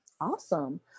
Awesome